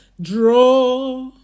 draw